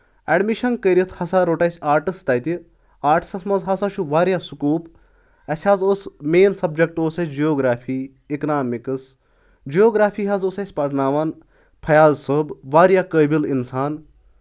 admission کٔرِتھ ہسا روٚٹ اَسہِ آٹس تَتہِ آٹس منٛز ہسا چھُ واریاہ سکوٗپ اَسہِ حظ اوس مین سبجکٹ اوس اَسہِ جیوگرافی اِکنامِکس جیوگرافی حظ اوس اَسہِ پرناوان فیاض صٲب واریاہ قٲبِل اِنسان